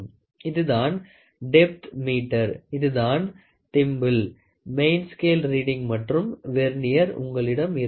இதுதான் depth meter இதுதான் thimble mains scale reading மற்றும் வெர்னியர் உங்களிடம் இருக்கிறது